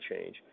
change